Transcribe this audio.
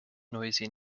noisy